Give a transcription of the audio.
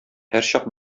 һәрчак